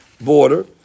border